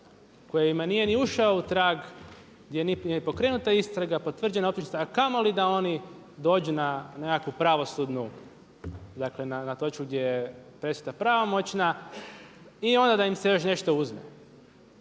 kojima nije ni ušao u trag, gdje nije niti pokrenuta istraga, potvrđena optužnica a kamoli da oni dođu na nekakvu pravosudnu, dakle na … gdje je presuda pravomoćna i onda da im se još nešto uzme.